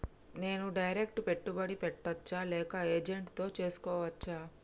నేను డైరెక్ట్ పెట్టుబడి పెట్టచ్చా లేక ఏజెంట్ తో చేస్కోవచ్చా?